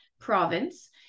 province